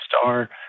star